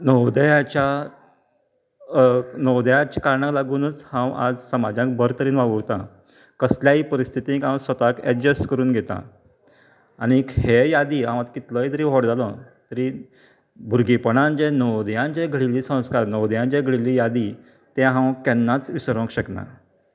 नवोदयाच्या नवोदयाचे कारणा लागुनूच हांव आज समाजान बरें तरेन वावुरतां कसल्यायी परिस्थितीक हांव स्वताक एडजस्ट करून घेतां आनीक हेय यादी हांव कितलोय जरी व्हड जालो तरीय भुरगेंपणांत जे नवदयान जे घडिल्लें संस्कार नवोदयांत जे घडिल्लीं यादी तें हांव केन्नाच विसरोंक शकना